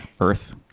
earth